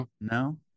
no